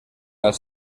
las